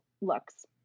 looks